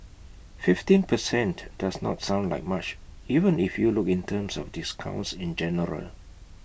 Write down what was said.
fifteen per cent does not sound like much even if you look in terms of discounts in general